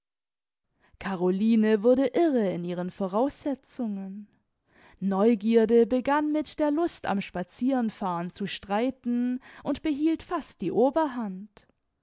caroline wurde irre in ihren voraussetzungen neugierde begann mit der lust am spazierenfahren zu streiten und behielt fast die oberhand